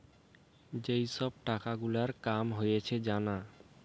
যেই সব টাকা গুলার কাম হয়েছে জানা